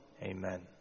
Amen